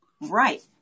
Right